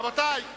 רבותי,